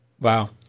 Wow